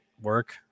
work